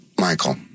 Michael